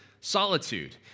solitude